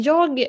Jag